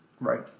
right